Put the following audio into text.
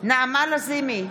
נעמה לזימי,